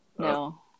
No